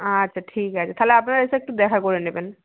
আচ্ছা ঠিক আছে তাহলে আপনারা এসে একটু দেখা করে নেবেন